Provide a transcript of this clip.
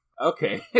Okay